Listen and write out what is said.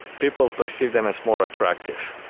people perceived them as more attractive.